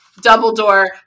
Dumbledore